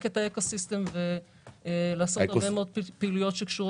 את האקו סיסטם ולעשות פעילויות שקשורות.